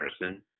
person